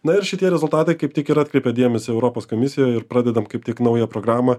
na ir šitie rezultatai kaip tik ir atkreipė dėmesį europos komisijoj ir pradedam kaip tik naują programą